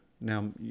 now